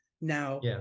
now